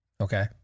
Okay